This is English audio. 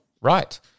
Right